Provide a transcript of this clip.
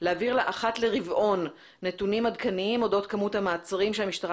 להעביר לה אחת לרבעון נתונים עדכניים אודות כמות המעצרים שהמשטרה